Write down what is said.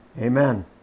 Amen